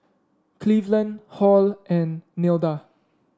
Cleveland Halle and Nilda